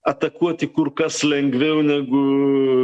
atakuoti kur kas lengviau negu